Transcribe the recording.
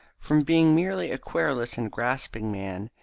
from being merely a querulous and grasping man,